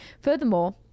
Furthermore